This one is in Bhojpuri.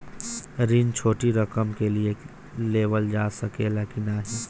ऋण छोटी रकम के लिए लेवल जा सकेला की नाहीं?